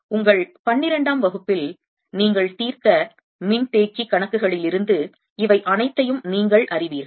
உங்கள் 12 ஆம் வகுப்பில் நீங்கள் தீர்த்த மின்தேக்கி கணக்குகளிலிருந்து இவை அனைத்தையும் நீங்கள் அறிவீர்கள்